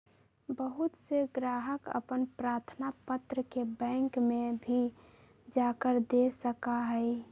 बहुत से ग्राहक अपन प्रार्थना पत्र के बैंक में भी जाकर दे सका हई